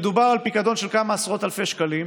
מדובר על פיקדון של כמה עשרות אלפי שקלים,